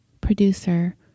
producer